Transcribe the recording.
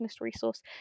resource